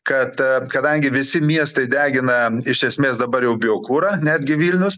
kad kadangi visi miestai degina iš esmės dabar jau biokurą netgi vilnius